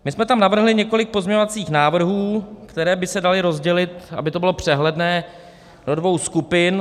My jsme tam navrhli několik pozměňovacích návrhů, které by se daly rozdělit, aby to bylo přehledné, do dvou skupin.